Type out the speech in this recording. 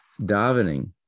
davening